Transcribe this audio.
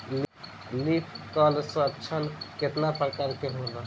Leaf curl लक्षण केतना परकार के होला?